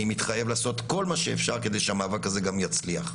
אני מתחייב לעשות כל מה שאפשר כדי שהמאבק הזה גם יצליח.